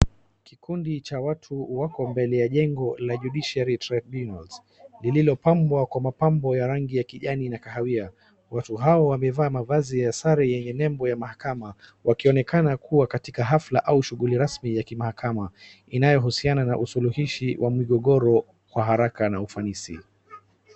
Kikundi cha watu wako mbele ya jengo la Judiciary Trubunals, lililopambwa kwa mapambo ya rangi ya kijani na kahawia. Watu hao wamevaa mavazi ya sare yenye nembo ya mahakama, wakionekana kuwa katika hafla au shughuli rasmi ya kimahakama inayohusiana na usulihishi wa migogoro kwa haraka na ufanisi.